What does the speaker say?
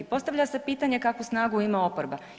Postavlja se pitanje kakvu snagu ima oporba?